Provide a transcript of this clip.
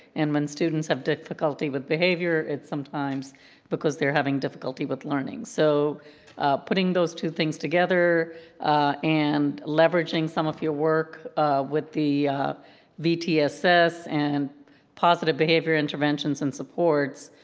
and when students have difficulty with behavior it's sometimes because they're having difficulty with learning. so putting those two things together and leveraging some of your work with the vtss and positive behavior interventions and supports,